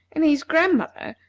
and his grandmother,